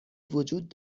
وجود